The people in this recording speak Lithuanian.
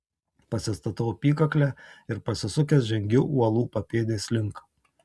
pasistatau apykaklę ir pasisukęs žengiu uolų papėdės link